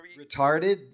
Retarded